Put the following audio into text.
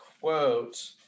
quote